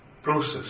process